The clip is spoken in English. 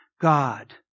God